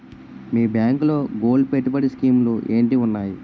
మీ బ్యాంకులో గోల్డ్ పెట్టుబడి స్కీం లు ఏంటి వున్నాయి?